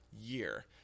year